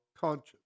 conscience